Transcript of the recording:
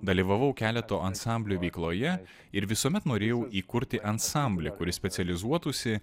dalyvavau keleto ansamblių veikloje ir visuomet norėjau įkurti ansamblį kuris specializuotųsi